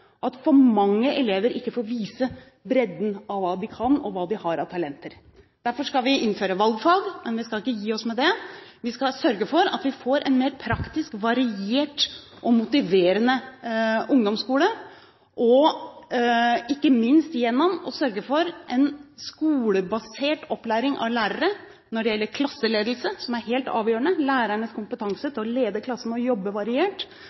at for mange elever ikke får vist bredden av hva de kan, og hva de har av talenter. Derfor skal vi innføre valgfag, men vi skal ikke gi oss med det. Vi skal sørge for at vi får en mer praktisk, variert og motiverende ungdomsskole, ikke minst gjennom å sørge for en skolebasert opplæring av lærere når det gjelder klasseledelse – lærernes kompetanse til å lede klassen med å jobbe variert – som er helt avgjørende når det gjelder lese- og